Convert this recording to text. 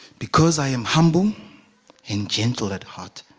because i am humbled and gentler heart